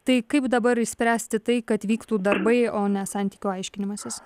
tai kaip dabar išspręsti tai kad vyktų darbai o ne santykių aiškinimasis